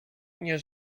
nie